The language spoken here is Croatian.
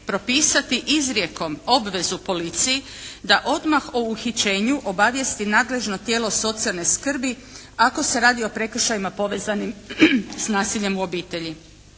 propisati izrijekom obvezu policiji da odmah o uhićenju obavijesti nadležno tijelo socijalne skrbi ako se radi o prekršajima povezanim s nasiljem u obitelji.